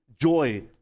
joy